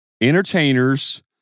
Entertainers